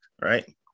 right